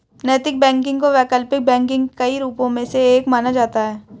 नैतिक बैंकिंग को वैकल्पिक बैंकिंग के कई रूपों में से एक माना जाता है